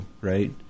right